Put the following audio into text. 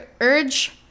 urge